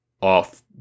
off